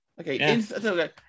Okay